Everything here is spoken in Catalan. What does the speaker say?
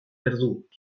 perdut